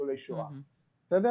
לניצולי שואה, בסדר?